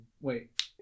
wait